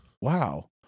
Wow